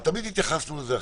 תמיד התייחסנו אל זה אחרת.